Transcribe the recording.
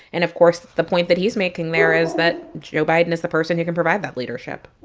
and, of course, the point that he's making there is that joe biden is the person who can provide that leadership